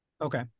Okay